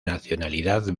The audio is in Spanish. nacionalidad